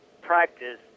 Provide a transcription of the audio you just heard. practice